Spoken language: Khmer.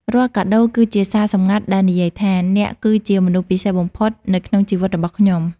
រាល់កាដូគឺជាសារសម្ងាត់ដែលនិយាយថា «អ្នកគឺជាមនុស្សពិសេសបំផុតនៅក្នុងជីវិតរបស់ខ្ញុំ»។